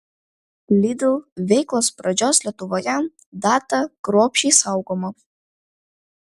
lidl veiklos pradžios lietuvoje data kruopščiai saugoma